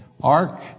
Ark